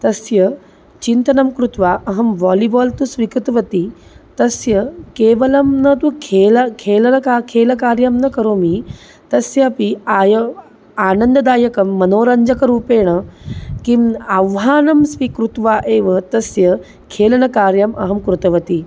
तस्य चिन्तनं कृत्वा अहं वालिबाल् तु स्वीकृतवती तस्य केवलं न तु खेला खेलनका खेलकार्यं न करोमि तस्यापि आयोः आनन्ददायकं मनोरञ्जकरूपेण किम् आह्वानं स्वीकृत्य एव तस्य खेलनकार्यम् अहं कृतवती